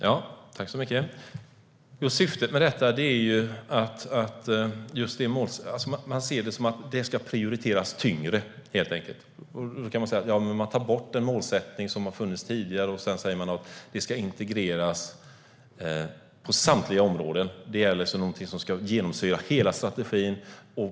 Herr talman! Man ser det som att det helt enkelt ska prioriteras högre. Då kan man säga: Ja, men man tar bort den målsättning som har funnits tidigare och att det ska integreras på samtliga områden. Det är alltså något som ska genomsyra hela strategin.